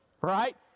right